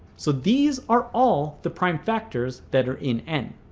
so these are all the prime factors that are in n.